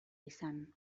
izan